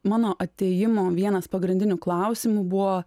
mano atėjimo vienas pagrindinių klausimų buvo